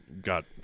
got